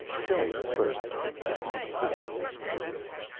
tell me first, what do you think of this room?